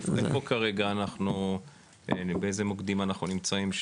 איפה כרגע אנחנו באיזה מוקדים אנחנו נמצאים,